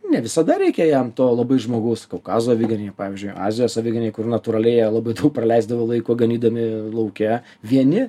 ne visada reikia jam to labai žmogaus kaukazo aviganiai pavyzdžiui azijos aviganiai kur natūraliai labai daug praleisdavo laiko ganydami lauke vieni